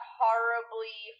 horribly